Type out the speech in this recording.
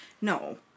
No